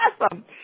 awesome